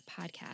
podcast